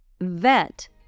vet